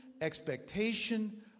expectation